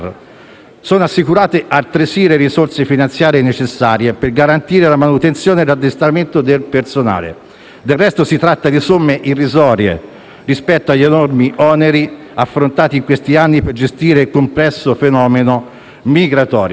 Sono assicurate, altresì, le risorse finanziarie necessarie per garantire la manutenzione e l'addestramento del personale. Del resto, si tratta di somme irrisorie rispetto agli enormi oneri affrontati in questi anni per gestire il complesso fenomeno migratorio.